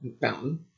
Fountain